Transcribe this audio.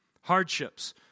Hardships